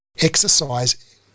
Exercise